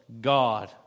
God